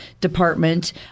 department